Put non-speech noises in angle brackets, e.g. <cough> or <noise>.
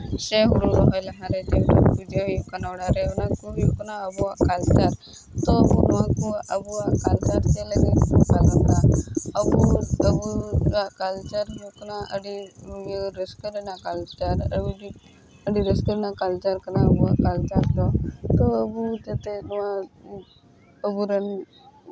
ᱥᱮ ᱦᱩᱲᱩ ᱨᱚᱦᱚᱭ ᱞᱟᱦᱟᱨᱮ <unintelligible> ᱯᱩᱡᱟᱹ ᱦᱩᱭᱩᱜ ᱠᱟᱱᱟ ᱚᱲᱟᱜ ᱨᱮ ᱚᱱᱟᱠᱚ ᱦᱩᱭᱩᱜ ᱠᱟᱱᱟ ᱟᱵᱚᱣᱟᱜ ᱠᱟᱞᱪᱟᱨ ᱛᱳ ᱱᱚᱣᱟ ᱠᱚ ᱟᱵᱚᱣᱟᱜ ᱠᱟᱞᱪᱟᱨ ᱪᱮᱫ ᱞᱟᱹᱜᱤᱫ ᱵᱚᱱ ᱯᱟᱞᱚᱱᱫᱟ ᱟᱵᱚ ᱟᱵᱚᱣᱟᱜ ᱠᱟᱞᱪᱟᱨ ᱦᱚᱸ ᱦᱩᱭᱩᱜ ᱠᱟᱱᱟ ᱟᱹᱰᱤ ᱤᱭᱟᱹ ᱨᱟᱹᱥᱠᱟᱹ ᱨᱮᱱᱟᱜ ᱠᱟᱞᱪᱟᱨ ᱟᱹᱣᱨᱤ ᱟᱹᱰᱤ ᱨᱟᱹᱥᱠᱟᱹ ᱨᱮᱱᱟᱜ ᱠᱟᱞᱪᱟᱨ ᱠᱟᱱᱟ ᱟᱵᱚᱣᱟᱜ ᱠᱟᱞᱪᱟᱨ ᱫᱚ ᱛᱚ ᱟᱵᱚ ᱡᱟᱛᱮ ᱱᱚᱣᱟ ᱟᱵᱚᱨᱮᱱ